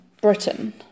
Britain